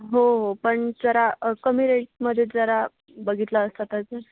हो हो पण जरा कमी रेटमध्ये जरा बघितलं असतं